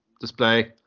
display